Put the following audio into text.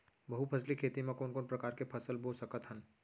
बहुफसली खेती मा कोन कोन प्रकार के फसल बो सकत हन?